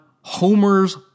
Homer's